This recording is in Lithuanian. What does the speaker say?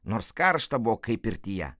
nors karšta buvo kaip pirtyje